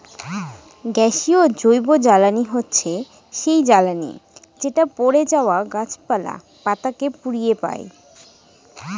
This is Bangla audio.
গ্যাসীয় জৈবজ্বালানী হচ্ছে সেই জ্বালানি যেটা পড়ে যাওয়া গাছপালা, পাতা কে পুড়িয়ে পাই